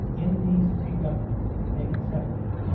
in these three governments, taken separately,